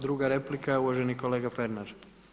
Druga replika je uvaženi kolega Pernar.